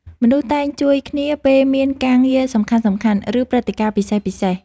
មនុស្សតែងជួយគ្នាពេលមានការងារសំខាន់ៗ ឬព្រឹត្តិការណ៍ពិសេសៗ។